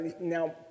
Now